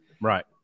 Right